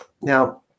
Now